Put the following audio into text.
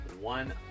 One